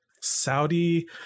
saudi